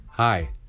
Hi